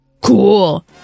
Cool